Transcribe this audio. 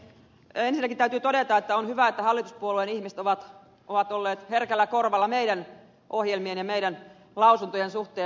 ensinnäkin täytyy todeta että on hyvä että hallituspuolueen ihmiset ovat olleet herkällä korvalla meidän ohjelmiemme ja meidän lausuntojemme suhteen